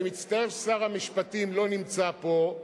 אני מצטער ששר המשפטים לא נמצא פה,